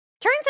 Turns